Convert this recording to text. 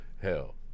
hell